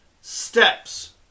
steps